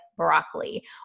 broccoli